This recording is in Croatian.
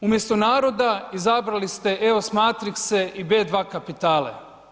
Umjesto naroda izabrali ste eos matrixe i B2 kapitale.